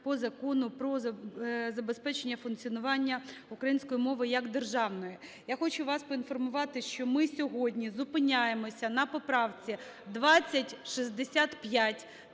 по Закону про забезпечення функціонування української мови як державної. Я хочу вас поінформувати, що ми сьогодні зупиняємося на поправці 2065,